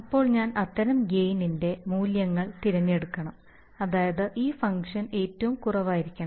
അപ്പോൾ ഞാൻ അത്തരം ഗെയിൻ ഇൻറെ മൂല്യങ്ങൾ തിരഞ്ഞെടുക്കണം അതായത് ഈ ഫംഗ്ഷൻ ഏറ്റവും കുറവായിരിക്കണം